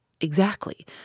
Exactly